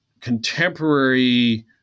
contemporary